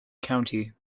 county